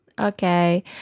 Okay